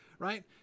Right